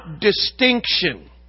distinction